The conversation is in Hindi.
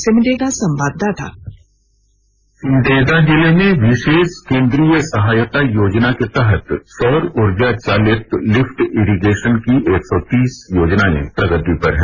सिमंडेगा जिले में विशेष केन्द्रीय सहायता योजना के तहत सौर ऊर्जा चालित लिफ्ट एरिंगेशन की एक सौ तीस योजनाएं प्रगति पर हैं